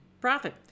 profit